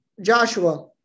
Joshua